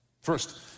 First